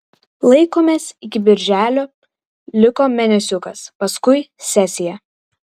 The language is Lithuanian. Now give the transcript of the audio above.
laikomės iki birželio liko mėnesiukas paskui sesija